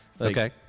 Okay